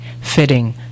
fitting